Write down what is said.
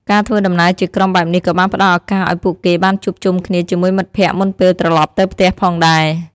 ការធ្វើដំណើរជាក្រុមបែបនេះក៏បានផ្តល់ឱកាសឱ្យពួកគេបានជួបជុំគ្នាជាមួយមិត្តភក្តិមុនពេលត្រឡប់ទៅផ្ទះផងដែរ។